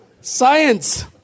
Science